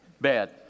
bad